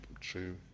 true